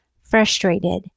frustrated